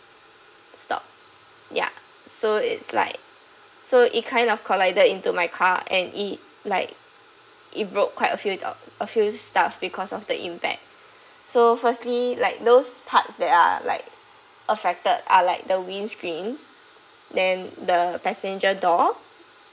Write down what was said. stop ya so it's like so it kind of collided into my car and it like it broke quite a few a few stuff because of the impact so firstly like those parts that are like affected are like the wind screens then the passenger door